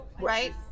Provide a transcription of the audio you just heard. Right